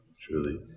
Truly